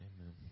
Amen